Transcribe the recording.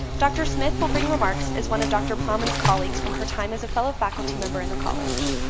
dr. smith will bring remarks as one of dr. plowman's colleagues from her time as a fellow faculty member in the college.